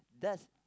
does